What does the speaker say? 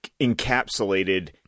encapsulated